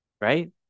right